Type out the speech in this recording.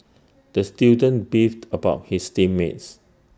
the student beefed about his team mates